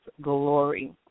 glory